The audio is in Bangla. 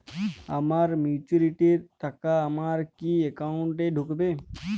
আমার ম্যাচুরিটির টাকা আমার কি অ্যাকাউন্ট এই ঢুকবে?